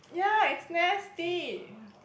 yeah it's nasty yeah